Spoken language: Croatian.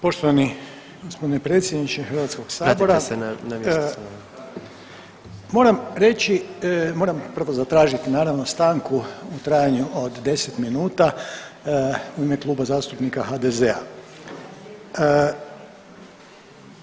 Poštovani gospodine predsjedniče Hrvatskog sabora [[Upadica: Vratite se na mjesto svoje.]] moram reći, moram prvo zatražiti naravno stanku u trajanju od 10 minuta u ime Kluba zastupnika HDZ-a.